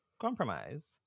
compromise